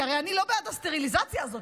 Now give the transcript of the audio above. כי הרי אני לא בא הסטריליזציה הזאת,